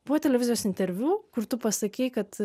po televizijos interviu kur tu pasakei kad